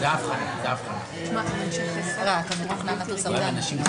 אני רוצה לדעת עוד שלוש שנים כמה הליכים יזמתם,